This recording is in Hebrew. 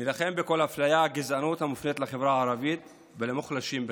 נילחם בכל אפליה וגזענות המופנות כלפי החברה הערבית ומוחלשים בכלל.